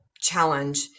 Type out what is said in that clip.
challenge